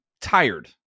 tired